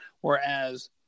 Whereas